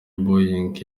boeing